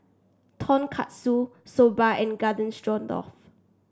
Tonkatsu Soba and Garden Stroganoff